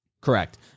Correct